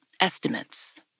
estimates